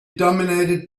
dominated